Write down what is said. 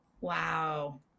wow